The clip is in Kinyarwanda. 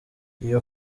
iyi